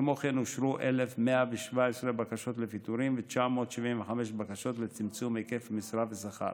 כמו כן אושרו 1,117 בקשות לפיטורים ו-975 בקשות לצמצום היקף משרה ושכר.